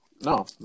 No